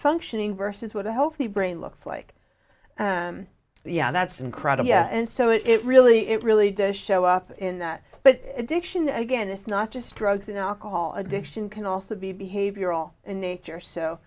functioning versus what a healthy brain looks like yeah that's incredible and so it really it really does show up in that but addiction again it's not just drugs and alcohol addiction can also be behavioral in nature so